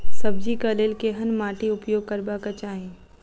सब्जी कऽ लेल केहन माटि उपयोग करबाक चाहि?